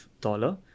dollar